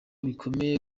bikomeye